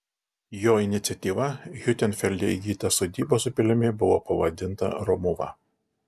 jo iniciatyva hiutenfelde įgyta sodyba su pilimi buvo pavadinta romuva